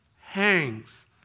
hangs